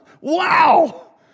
Wow